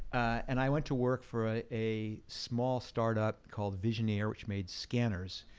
and i went to work for a a small startup called visioneer, which made scanners,